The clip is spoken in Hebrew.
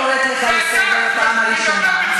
אני קוראת אותך לסדר פעם ראשונה.